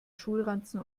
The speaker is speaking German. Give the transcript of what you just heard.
schulranzen